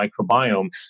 microbiome